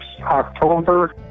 October